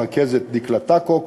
רכזות הוועדה דקלה טקו,